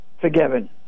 forgiven